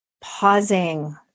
pausing